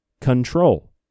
control